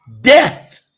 Death